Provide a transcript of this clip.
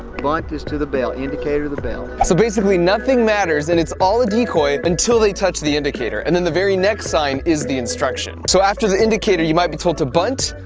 bunt is to the belt indicator to the belt. so basically nothing matters and it's all a decoy until they touch the indicator, and then the very next sign is the instruction. so after the indicator you might be told to bunt,